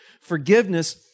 Forgiveness